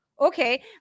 okay